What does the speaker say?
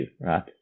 right